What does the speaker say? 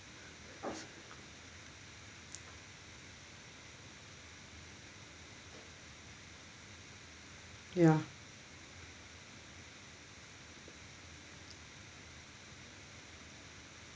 ya